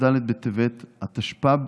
כ"ד בטבת התשפ"ב,